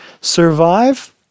survive